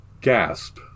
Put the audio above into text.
Gasp